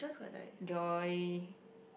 Joy